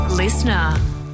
Listener